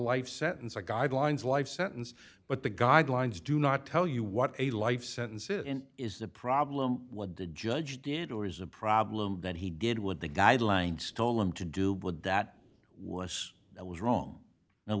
life sentence or guidelines life sentence but the guidelines do not tell you what a life sentence is is the problem what the judge did or is a problem that he did what the guidelines told him to do would that was that was wrong and